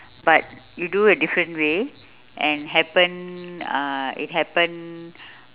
but you do a different way and happen uh it happen